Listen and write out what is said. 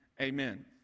Amen